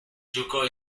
giocò